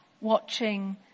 watching